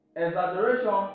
Exaggeration